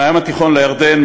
בין הים התיכון לירדן,